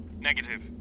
Negative